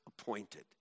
appointed